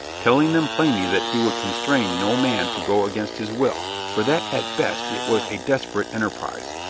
telling them plainly that he would constrain no man to go against his will, for that at best it was a desperate enterprise,